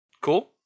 cool